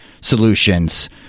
solutions